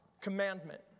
commandment